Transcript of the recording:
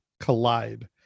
collide